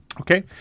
Okay